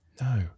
No